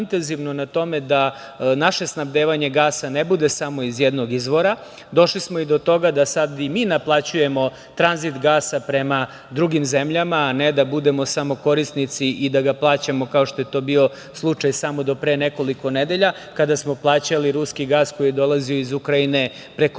na tome da naše snabdevanje gasa ne bude samo iz jednog izvora, došli smo do toga da sad i mi naplaćujemo tranzit gasa prema drugim zemljama, a ne da budemo samo korisnici i da ga plaćamo, kao što je to bio slučaj samo do pre nekoliko nedelja, kada smo plaćali ruski gas koji je dolazio iz Ukrajine preko